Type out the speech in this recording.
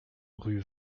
rue